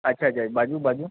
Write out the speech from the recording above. अच्छा अच्छा बाजू बाजू